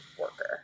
worker